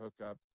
hookup